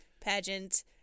pageant